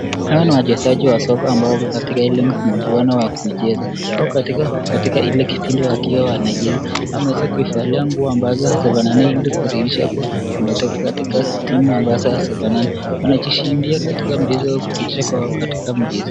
Hawa ni wachezaji wa soka ambao wako katika katika ile mchuano wa kuicheza. Wako katika ile kipindi wanacheza wameweza kuivalia nguo ambazo ziko na naili kudhirisha kuwa imetoka katika timu ambazo hazifanai wanajishindia katika mchezo kudhirisha kuwa wako katika mchezo.